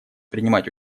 принимать